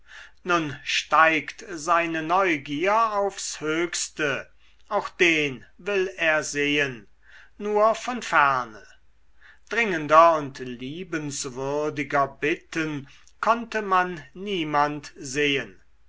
nun steigt seine neugier aufs höchste auch den will er sehen nur von ferne dringender und liebenswürdiger bitten konnte man niemand sehen